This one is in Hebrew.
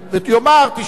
ויאמר: תשמע,